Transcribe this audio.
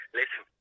listen